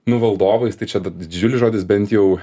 nu valdovais tai čia didžiulis žodis bent jau